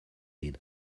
did